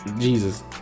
jesus